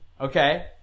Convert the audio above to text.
Okay